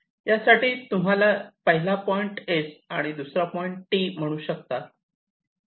यासाठी तुम्ही पहिला पॉईंट S आणि दुसरा पॉईंट T म्हणू शकतात